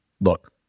look